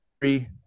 three